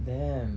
damn